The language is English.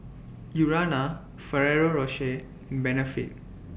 Urana Ferrero Rocher and Benefit